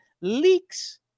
leaks